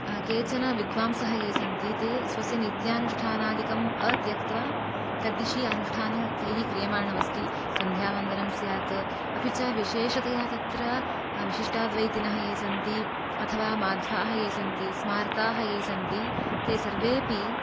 केचन विद्वांसः ये सन्ति ते स्व स्व नित्यानुष्ठानादिकं अत्यक्त्वा तद्दिशि अनुष्ठानं तैः क्रियमाणं अस्ति सन्ध्यावन्दनं स्यात् अपि च विशेषतया तत्र विशिष्टाद्वैतिनः ये सन्ति अथवा माध्वाः ये सन्ति स्मार्ताः ये सन्ति ते सर्वेपि